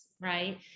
Right